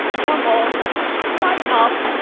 come on, strike up.